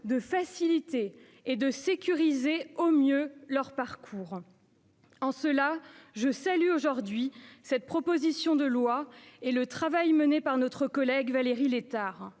de faciliter et de sécuriser au mieux leur parcours. Aussi, je salue aujourd'hui cette proposition de loi et le travail mené par notre collègue Valérie Létard.